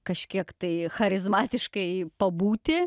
kažkiek tai charizmatiškai pabūti